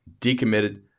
Decommitted